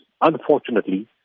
unfortunately